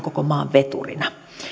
maan veturina